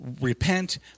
repent